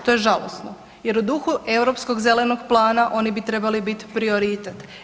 To je žalosno jer u duhu Europskog zelenog plana oni bi trebali biti prioritet.